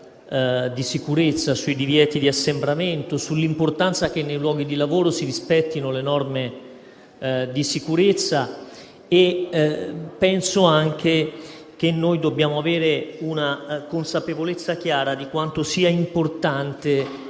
di sicurezza, sui divieti di assembramento, sull'importanza che nei luoghi di lavoro si rispettino le norme di sicurezza. Penso che noi dobbiamo avere la consapevolezza di quanto sia importante